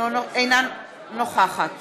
אינה נוכחת